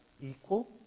equal